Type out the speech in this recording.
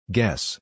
Guess